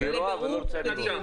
היא רואה ולא רוצה לראות.